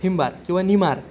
हिंबार किंवा निमार